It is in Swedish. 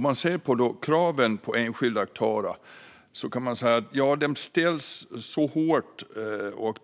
När det gäller kraven på enskilda aktörer och aktiviteter kan man säga att de ställs hårt och